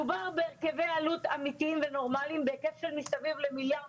מדובר בהרכבי עלות אמיתיים ונורמליים בהיקף של סביב מיליארד